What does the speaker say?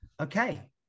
okay